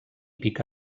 pica